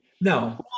No